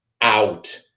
out